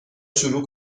شروع